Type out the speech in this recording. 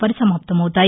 పరిసమాప్తమవుతాయి